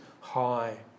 high